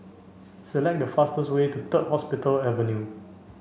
select the fastest way to Third Hospital Avenue